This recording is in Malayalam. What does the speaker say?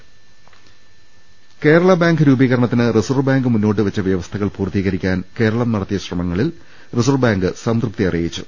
്് കേരള ബാങ്ക് രൂപീകരണത്തിന് റിസർവ്വ് ബാങ്ക് മുന്നോട്ടുവെച്ച വ്യവസ്ഥകൾ പൂർത്തീകരിക്കാൻ കേരളം നടത്തിയ ശ്രമങ്ങളിൽ റിസർവ്വ് ബാങ്ക് സംതൃപ്തി അറിയിച്ചു